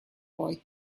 boy